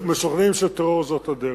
שמשוכנעים שטרור הוא הדרך.